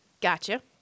Gotcha